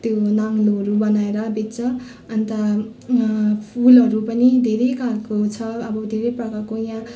त्यो नाङ्लोहरू बनाएर बेच्छ अन्त फुलहरू पनि धेरै खालको छ अब धेरै प्रकारको यहाँ